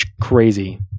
crazy